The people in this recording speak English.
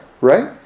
right